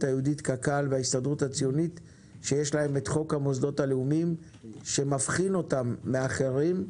הללו שיש להם חוק המוסדות הלאומיים שמבחין אותם מאחרים.